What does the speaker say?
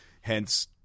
hence